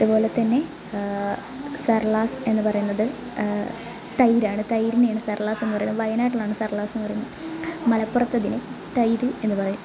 അതുപോലെതന്നെ സര്ലാസ് എന്ന് പറയുന്നത് തൈരാണ് തൈരിനെയാണ് സര്ലാസ് എന്ന് പറയുന്ന വയനാട്ടിലാണ് സര്ലാസ് എന്ന് പറയുന്നത് മലപ്പുറത്ത് അതിന് തൈര് എന്നു പറയും